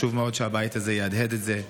חשוב מאוד שהבית הזה יהדהד את זה,